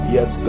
Yes